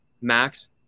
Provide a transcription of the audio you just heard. Max